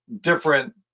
different